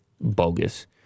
bogus